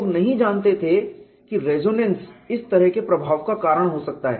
लोग नहीं जानते थे कि रेजोनेंस इस तरह के प्रभाव का कारण हो सकता है